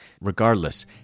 Regardless